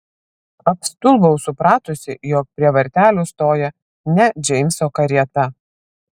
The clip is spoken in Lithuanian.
apstulbau supratusi jog prie vartelių stoja ne džeimso karieta